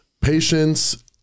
Patience